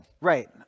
Right